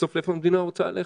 בסוף לאיפה המדינה רוצה ללכת.